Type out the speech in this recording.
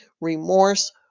remorse